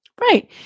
Right